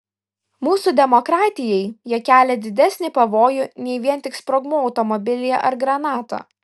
mūsų demokratijai jie kelia didesnį pavojų nei vien tik sprogmuo automobilyje ar granata